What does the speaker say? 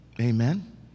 Amen